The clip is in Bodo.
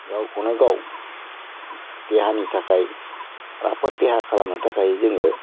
गावखौनो गाव देहानि थाखाय राफोद देहा खालामनो थाखाय जोङो